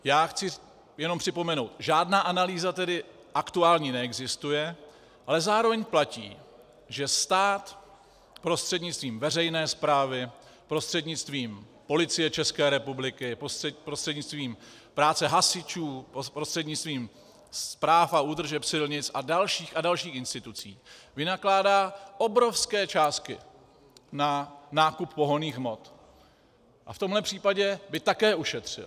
Já chci jenom připomenout: Žádná aktuální analýza tedy neexistuje, ale zároveň platí stát prostřednictvím veřejné správy, prostřednictvím Policie České republiky, prostřednictvím práce hasičů, prostřednictvím správ a údržeb silnic a dalších a dalších institucí vynakládá obrovské částky na nákup pohonných hmot a v tomhle případě by také ušetřil.